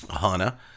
Hana